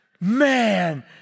Man